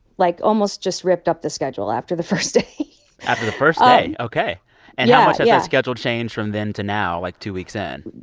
like, almost just ripped up the schedule after the first day after the first day ok and yeah. yeah and schedule changed from then to now, like, two weeks in?